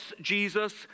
Jesus